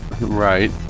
right